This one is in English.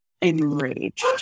enraged